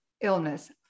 illness